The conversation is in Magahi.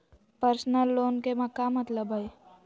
पर्सनल लोन के का मतलब हई?